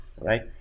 right